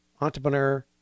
entrepreneur